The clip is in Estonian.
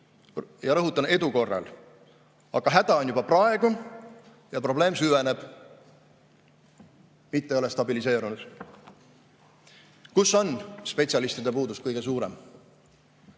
Rõhutan: edu korral. Aga häda on juba praegu ja probleem süveneb, mitte ei ole stabiliseerunud. Kus on spetsialistide puudus kõige suurem?